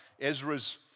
Ezra's